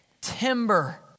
timber